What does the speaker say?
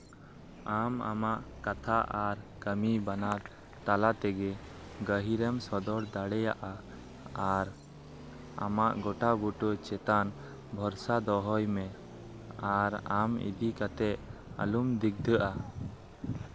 ᱟᱢ ᱟᱢᱟᱜ ᱠᱟᱛᱷᱟ ᱟᱨ ᱠᱟᱹᱢᱤ ᱵᱟᱱᱟᱨ ᱛᱟᱞᱟ ᱛᱮᱜᱮ ᱜᱟᱹᱦᱤᱨᱮᱢ ᱥᱚᱫᱚᱨ ᱫᱟᱲᱮᱭᱟᱜᱼᱟ ᱟᱨ ᱟᱢᱟᱜ ᱜᱚᱴᱟ ᱵᱩᱴᱟᱹ ᱪᱮᱛᱟᱱ ᱵᱷᱚᱨᱥᱟ ᱫᱚᱦᱚᱭ ᱢᱮ ᱟᱨ ᱟᱢ ᱤᱫᱤ ᱠᱟᱛᱮᱫ ᱟᱞᱚᱢ ᱫᱤᱜᱽᱫᱷᱟᱹᱼᱟ